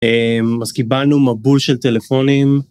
אז קיבלנו מבול של טלפונים.